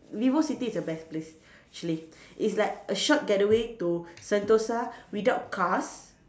VivoCity is the best place actually it's like a short gateway to Sentosa without cars